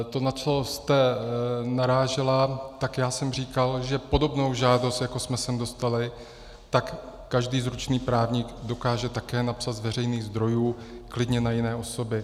To, na co jste narážela, tak já jsem říkal, že podobnou žádost, jako jsme sem dostali, tak každý zručný právník to dokáže také napsat z veřejných zdrojů klidně na jiné osoby.